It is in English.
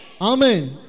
Amen